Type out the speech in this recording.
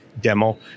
demo